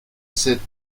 cette